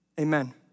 amen